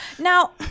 Now